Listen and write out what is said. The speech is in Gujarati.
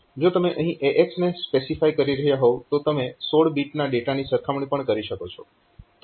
જો તમે અહીં AX ને સ્પેસિફાય કરી રહ્યા હોવ તો તમે 16 બીટના ડેટાની સરખામણી પણ કરી શકો છો